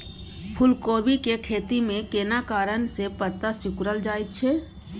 फूलकोबी के खेती में केना कारण से पत्ता सिकुरल जाईत छै?